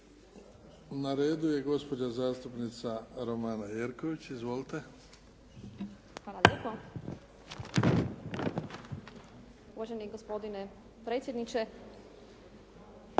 Na redu je gospođa zastupnica Romana Jerković. Izvolite. **Jerković, Romana (SDP)** Uvaženi gospodine predsjedniče,